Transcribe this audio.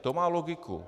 To má logiku.